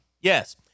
yes